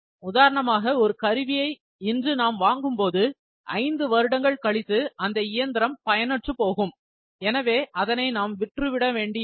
உதாரணமாக ஒரு கருவியை இன்று நாம் வாங்கும் போது ஐந்து வருடங்கள் கழித்து அந்த இயந்திரம் பயனற்றுப் போகும் எனவே அதை நாம் விற்றுவிட வேண்டியிருக்கும்